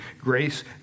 grace